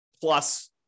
plus